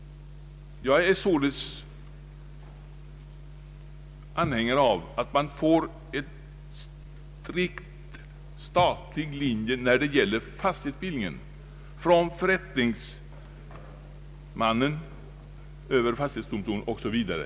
Jag är således anhängare av en strikt statlig linje när det gäller fastighetsbildningen: från förrättningsmannen över fastighetsdomstolen osv.